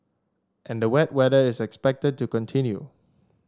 and the wet weather is expected to continue